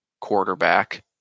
quarterback